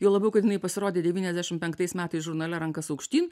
juo labiau kad jinai pasirodė devyniasdešimt penktais metais žurnale rankas aukštyn